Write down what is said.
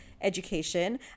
education